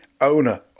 owner